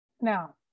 Now